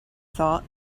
thought